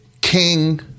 King